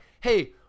Hey